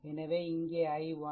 எனவே இங்கே i1